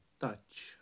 touch